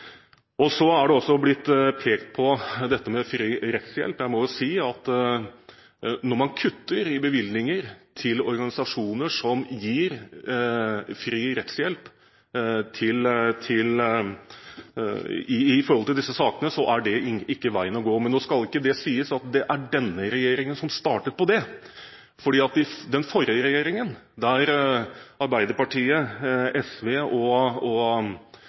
Så er det også blitt pekt på dette med fri rettshjelp. Jeg må si at når man kutter i bevilgninger til organisasjoner som gir fri rettshjelp i disse sakene, er ikke det veien å gå. Men nå skal ikke det sies at det er denne regjeringen som startet på det. Den forrige regjeringen, der Arbeiderpartiet, SV og Senterpartiet styrte, begynte å kutte i f.eks. bevilgninger til NOAS, som brukte noe av bevilgningene til nettopp å gi fri rettshjelp og